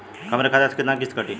हमरे खाता से कितना किस्त कटी?